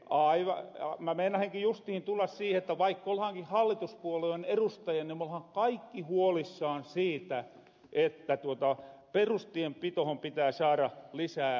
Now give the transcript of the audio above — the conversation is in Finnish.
mä meinahinkin justiin tulla siihen että vaik ollaanki hallituspuolueen erustajia niin me ollahan kaikki huolissaan siitä että perustienpitohon pitää saada lisää määrärahoja